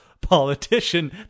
politician